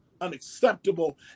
unacceptable